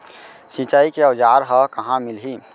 सिंचाई के औज़ार हा कहाँ मिलही?